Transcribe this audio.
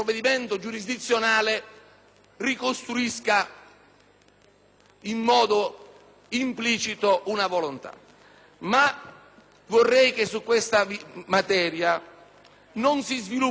in modo implicito una volontà. Ma vorrei che su questa materia non si sviluppassero barriere ideologiche.